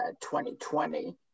2020